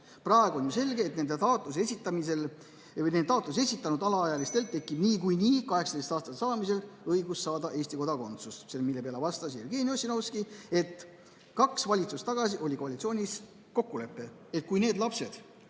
Praegu on ju selge, et nendel taotluse esitanud alaealistel tekib niikuinii 18-aastaseks saamisel õigus saada Eesti kodakondsus. Jevgeni Ossinovski vastas, et kaks valitsust tagasi oli koalitsioonis kokkulepe, et ka need lapsed,